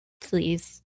please